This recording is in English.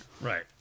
Right